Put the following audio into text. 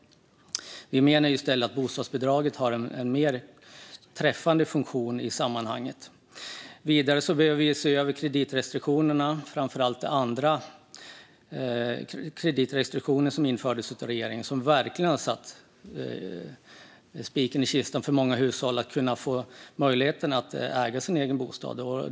Vi menar i stället att bostadsbidraget har en mer träffande funktion i sammanhanget. Vidare behöver kreditrestriktionerna ses över framför de restriktioner som införts av regeringen, som verkligen har satt spiken i kistan för många hushålls möjlighet att äga sin bostad.